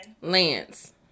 Lance